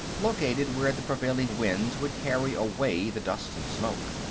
located where the prevailing winds would carry away the dust and smoke.